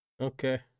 Okay